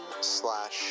slash